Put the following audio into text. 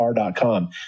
r.com